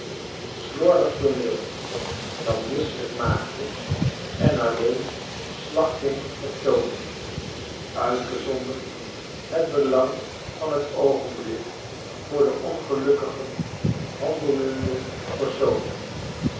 slordig tooneel dat misselijk maakte en alleen slachting vertoonde uitgezonderd het belang van het oogenblik voor den ongelukkigen handelenden persoon